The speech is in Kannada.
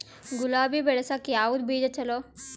ಗುಲಾಬಿ ಬೆಳಸಕ್ಕ ಯಾವದ ಬೀಜಾ ಚಲೋ?